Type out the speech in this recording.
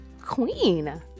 queen